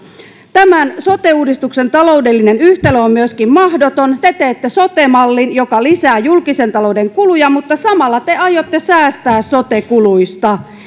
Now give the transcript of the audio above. tämän sote uudistuksen taloudellinen yhtälö on myöskin mahdoton te teette sote mallin joka lisää julkisen talouden kuluja mutta samalla te aiotte säästää sote kuluista